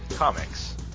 Comics